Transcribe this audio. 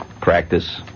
Practice